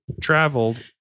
traveled